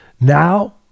now